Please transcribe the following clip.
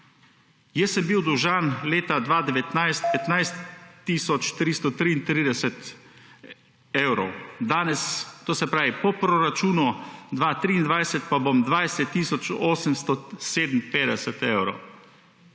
Jaz sem bil dolžan leta 2019 15 tisoč 333 evrov. Danes to se pravi po proračunu 2023 pa bom 20 tisoč 857 evrov.